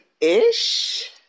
Ish